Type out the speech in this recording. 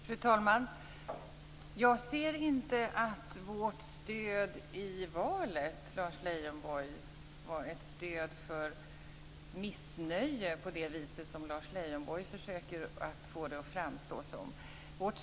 Fru talman! Jag ser inte det stöd vi fick i valet som ett stöd för missnöje på det viset som Lars Leijonborg försöker att få det att framstå som.